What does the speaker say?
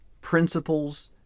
principles